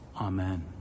Amen